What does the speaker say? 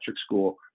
school